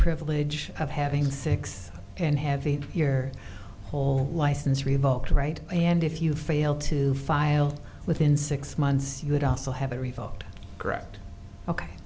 privilege of having six and having your whole license revoked right hand if you fail to file within six months you would also have a revoked correct ok